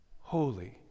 holy